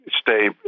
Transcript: stay